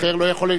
אחר לא יכול,